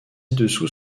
dessous